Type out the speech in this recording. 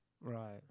Right